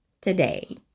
today